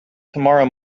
tomorrow